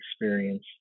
experience